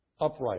upright